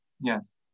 yes